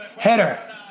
Header